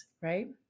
right